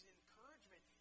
encouragement